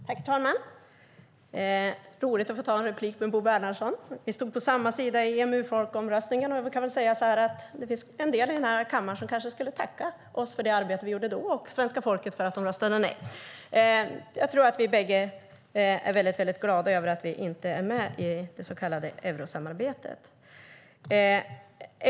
Herr talman! Det är roligt att få ta replik på Bo Bernhardsson. Vi stod på samma sida i EMU-folkomröstningen, och det finns nog en del här i kammaren som skulle tacka oss för det arbete vi gjorde då och svenska folket för att man röstade nej. Jag tror att vi bägge är glada över att vi inte är med i det så kallade eurosamarbetet.